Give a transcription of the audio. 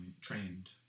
trained